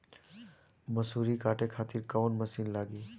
मसूरी काटे खातिर कोवन मसिन लागी?